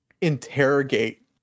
interrogate